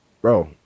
bro